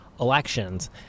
elections